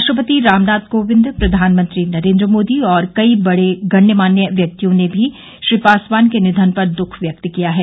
राष्ट्रपति रामनाथ कोविंद प्रधानमंत्री नरेन्द्र मोदी और कई बड़े गण्यमान्य व्यक्तियों ने श्री पासवान के निधन पर दुख व्यक्त किया हैं